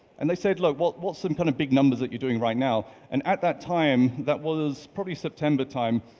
and they said, look, what's what's some kind of big numbers that you're doing right now? and at that time, that was probably september time,